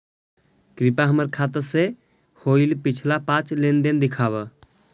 कृपा हमर खाता से होईल पिछला पाँच लेनदेन दिखाव